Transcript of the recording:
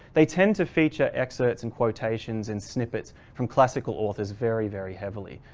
they tend to feature excerpts and quotations and snippets from classical authors very very heavily.